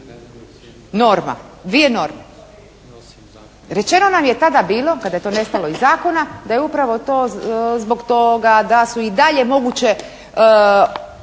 norma? Dvije norme. Rečeno nam je tada bilo kada je to nestalo iz zakona da je upravo to zbog toga da su i dalje moguće